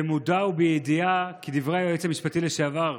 במודע ובידיעה כי דברי היועץ המשפטי לשעבר